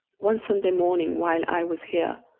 one sunday morning while i was here,